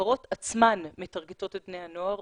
החברות עצמן מטרגטות את בני הנוער,